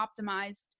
optimized